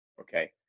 Okay